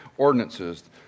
ordinances